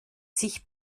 sich